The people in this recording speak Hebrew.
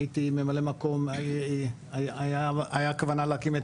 היה כוונה להקים את